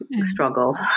Struggle